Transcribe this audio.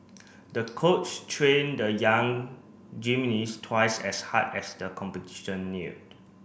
the coach trained the young gymnast twice as hard as the competition neared